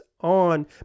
on